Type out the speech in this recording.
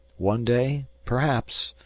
one day, perhaps?